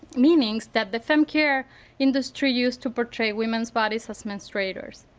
meanings that the femcare industry used to portray women's bodies as menstruaters.